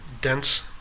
Dense